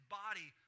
body